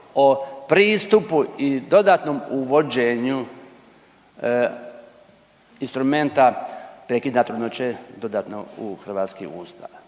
o pristupu i dodatnom uvođenju instrumenta prekida trudnoće dodatno u hrvatski ustav.